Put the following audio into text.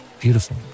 beautiful